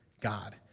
God